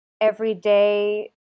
everyday